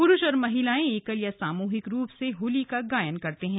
पुरुष और महिलाएं एकल या सामूहिक रूप से होली का गायन करते हैं